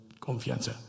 confianza